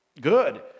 good